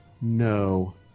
No